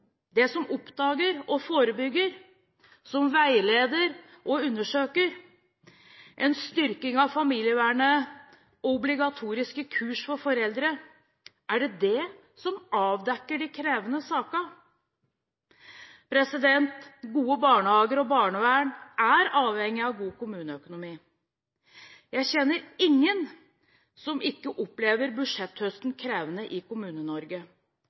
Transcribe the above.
det som oppdager og forebygger, som veileder og undersøker? En styrking av familievernet og obligatoriske kurs for foreldre – er det det som avdekker de krevende sakene? Gode barnehager og barnevern er avhengig av god kommuneøkonomi. Jeg kjenner ingen som ikke opplever budsjetthøsten krevende i